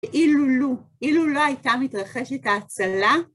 ואילו לא, אילו לא הייתה מתרחשת ההצלה.